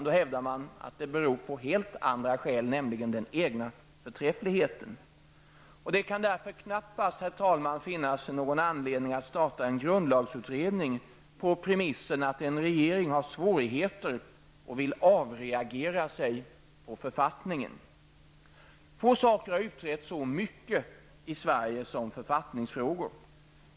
Då hävdar man att det beror på helt andra skäl, nämligen den egna förträffligheten. Herr talman! Det kan därför knappast finnas någon anledning att starta en grundlagsutredning på premissen att en regering har svårigheter och vill avreagera sig på författningen. Få saker har utretts så mycket i Sverige som författningsfrågor.